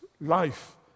life